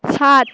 ষাট